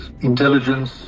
intelligence